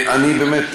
אבל באמת,